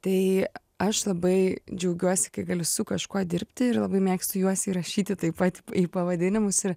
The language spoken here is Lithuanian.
tai aš labai džiaugiuosi kai galiu su kažkuo dirbti ir labai mėgstu juos įrašyti taip pat į pavadinimus ir